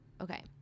Okay